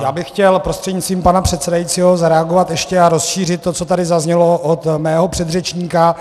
Já bych chtěl prostřednictvím pana předsedajícího zareagovat a ještě rozšířit to, co tady zaznělo od mého předřečníka.